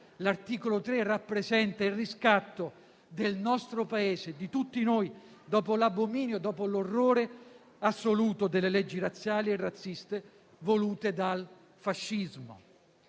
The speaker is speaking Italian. partenza, rappresenta il riscatto del nostro Paese, di tutti noi, dopo l'abominio, dopo l'orrore assoluto delle leggi razziali e razziste volute dal fascismo.